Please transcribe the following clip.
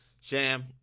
Sham